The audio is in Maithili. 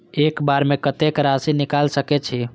एक बार में कतेक राशि निकाल सकेछी?